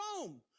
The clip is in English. Rome